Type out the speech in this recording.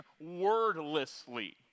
wordlessly